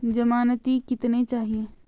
ज़मानती कितने चाहिये?